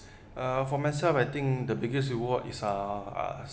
uh for myself I think the biggest reward is uh